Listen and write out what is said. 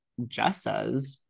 jessas